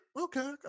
okay